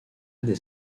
des